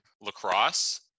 lacrosse